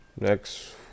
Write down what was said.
Next